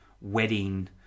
wedding